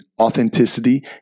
authenticity